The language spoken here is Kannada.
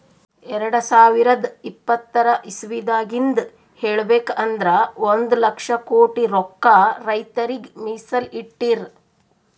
ಎರಡ ಸಾವಿರದ್ ಇಪ್ಪತರ್ ಇಸವಿದಾಗಿಂದ್ ಹೇಳ್ಬೇಕ್ ಅಂದ್ರ ಒಂದ್ ಲಕ್ಷ ಕೋಟಿ ರೊಕ್ಕಾ ರೈತರಿಗ್ ಮೀಸಲ್ ಇಟ್ಟಿರ್